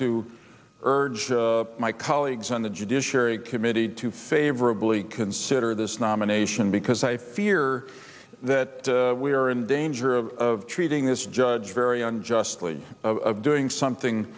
to urge my colleagues on the judiciary committee to favorably consider this nomination because i fear that we are in danger of treating this judge very unjustly of doing something